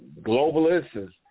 globalists